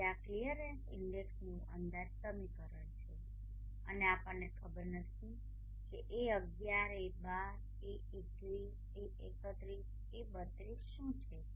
તેથી આ ક્લિયરનેસ ઇન્ડેક્સનુ અંદાજ સમીકરણ છે અને આપણને ખબર નથી કે a11 a12 a21 a31 a32 શું છે